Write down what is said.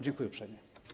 Dziękuję uprzejmie.